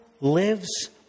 lives